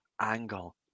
angle